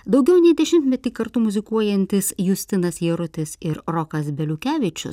daugiau nei dešimtmetį kartu muzikuojantys justinas jarutis ir rokas beliukevičius